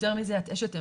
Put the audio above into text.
שיותר מזה את אשת אמת,